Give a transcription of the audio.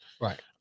right